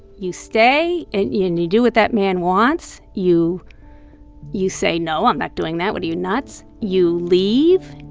you stay and you and you do what that man wants you you say, no, i'm not doing that. what are you nuts? you leave,